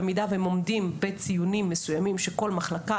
במידה שהם עומדים ברף הציונים שכל מחלקה